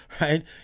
right